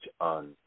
on